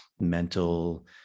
mental